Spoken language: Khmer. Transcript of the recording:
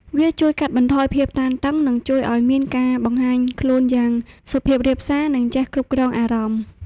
វាជួយកាត់បន្ថយភាពតានតឹង និងជួយឲ្យមានការបង្ហាញខ្លួនយ៉ាងសុភាពរាបសារ និងចេះគ្រប់គ្រងអារម្មណ៍។